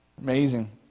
Amazing